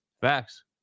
Facts